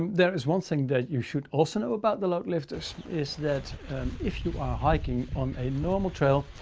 there is one thing that you should also know about the load lifters is that if you are hiking on a normal trail,